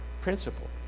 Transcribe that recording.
Principle